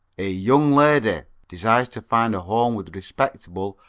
a young lady desires to find a home with respectable,